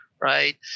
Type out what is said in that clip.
right